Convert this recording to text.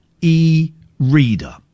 e-reader